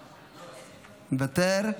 מוותר,